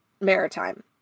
Maritime